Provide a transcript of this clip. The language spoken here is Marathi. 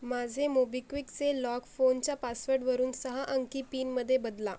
माझे मोबिक्विकचे लॉक फोनच्या पासवर्डवरून सहा अंकी पिनमध्ये बदला